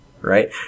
Right